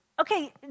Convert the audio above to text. Okay